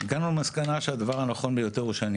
הגענו למסקנה שהדבר הנכון ביותר הוא שאני